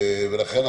ולכן,